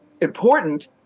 important